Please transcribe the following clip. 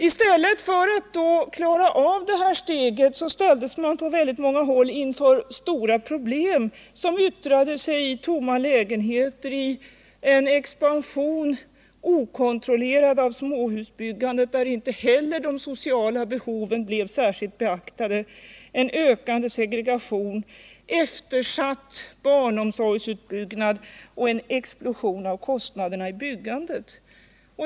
I stället för att få möjligheter att klara detta steg ställdes kommunerna på många håll inför stora problem, som yttrade sig i t.ex. tomma lägenheter, i okontrollerad expansion av småhusbyggandet, där inte heller de sociala behoven blev särskilt beaktade, en ökande segregation, eftersatt barnomsorgsutbyggnad och en explosion av kostnaderna i byggandet.